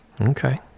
okay